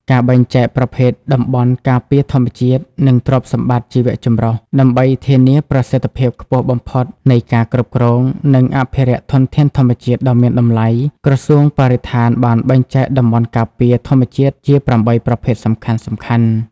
ការបែងចែកប្រភេទតំបន់ការពារធម្មជាតិ និងទ្រព្យសម្បត្តិជីវៈចម្រុះ ដើម្បីធានាប្រសិទ្ធភាពខ្ពស់បំផុតនៃការគ្រប់គ្រង និងអភិរក្សធនធានធម្មជាតិដ៏មានតម្លៃ ក្រសួងបរិស្ថានបានបែងចែកតំបន់ការពារធម្មជាតិជា ៨ ប្រភេទសំខាន់ៗ។